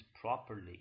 properly